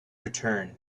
return